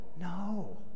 No